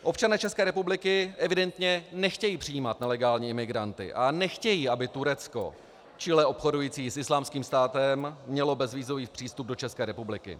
Občané České republiky evidentně nechtějí přijímat nelegální imigranty a nechtějí, aby Turecko, čile obchodující s Islámským státem, mělo bezvízový přístup do České republiky.